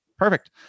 Perfect